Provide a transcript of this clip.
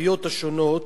העיריות השונות,